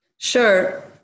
Sure